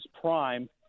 prime